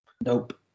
Nope